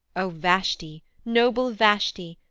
o vashti, noble vashti!